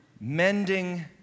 mending